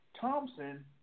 Thompson